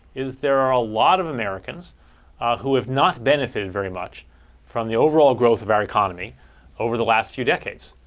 is there are a lot of americans who have not benefited very much from the overall growth of our economy over the last few decades.